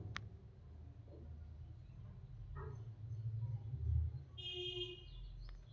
ಸಾವಯವ ಗೊಬ್ಬರ ಬಳ್ಸೋದ್ರಿಂದ ಮಣ್ಣು ನೇರ್ ಹಿಡ್ಕೊಳೋ ಸಾಮರ್ಥ್ಯನು ಹೆಚ್ಚ್ ಆಗ್ತದ ಮಟ್ಟ ಒಳ್ಳೆ ಆರೋಗ್ಯವಂತ ಬೆಳಿ ಬೆಳಿಬಹುದು